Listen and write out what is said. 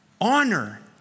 Honor